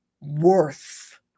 worth